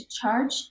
charge